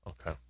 Okay